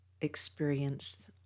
experience